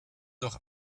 doch